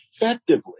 effectively